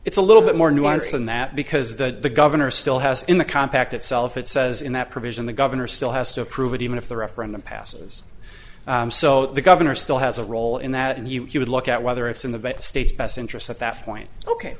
it's a little bit more nuanced than that because the governor still has in the compact itself it says in that provision the governor still has to approve it even if the referendum passes so the governor still has a role in that and he would look at whether it's in the best states best interests at that point ok